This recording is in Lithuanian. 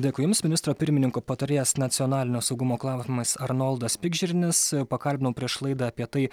dėkui jums ministro pirmininko patarėjas nacionalinio saugumo klausimais arnoldas pikžirnis pakalbinau prieš laidą apie tai